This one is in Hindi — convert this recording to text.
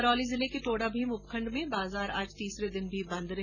करौली जिले के टोडाभीम उपखंड में बाजार आज तीसरे दिन भी बंद रहे